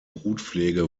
brutpflege